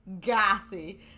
gassy